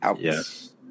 yes